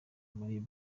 muri